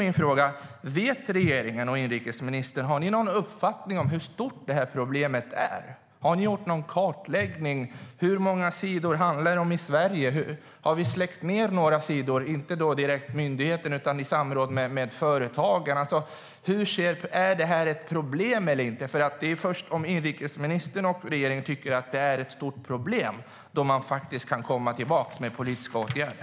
Har regeringen och inrikesministern någon uppfattning om hur stort detta problem är? Har ni gjort någon kartläggning av hur många sidor det handlar om? Har vi släckt ned några sidor? Jag menar då inte att myndigheten skulle ha gjort det utan att det skulle kunna ske i samråd med företagen. Är detta ett problem eller inte? Det är ju först om inrikesministern och regeringen tycker att detta är ett problem som de faktiskt kan komma tillbaka med politiska åtgärder.